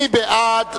מי בעד?